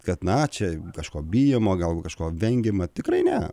kad na čia kažko bijoma gal kažko vengiama tikrai ne